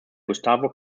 gustavo